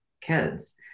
kids